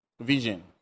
vision